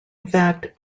fact